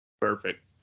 Perfect